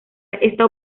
esta